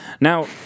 Now